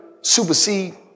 supersede